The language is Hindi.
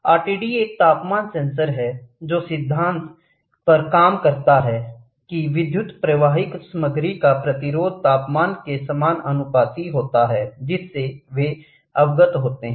आरटीडी एक तापमान सेंसर है जो सिद्धांत पर काम करता है कि विद्युत प्रवाहकीय सामग्री का प्रतिरोध तापमान के समानुपाती होता है जिससे वे अवगत होते हैं